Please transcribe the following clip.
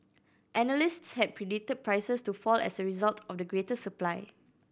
analysts had predicted prices to fall as a result of the greater supply